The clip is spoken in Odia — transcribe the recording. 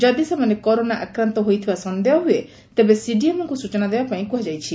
ଯଦି ସେମାନେ କରୋନା ଆକ୍ରାନ୍ତ ହୋଇଥିବା ସନ୍ଦେହ ହୁଏ ତେବେ ସିଡିଏମ୍ଓଙ୍କୁ ସୂଚନା ଦେବା ପାଇଁ କୁହାଯାଇଛି